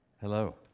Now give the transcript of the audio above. Hello